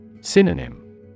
Synonym